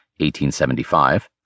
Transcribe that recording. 1875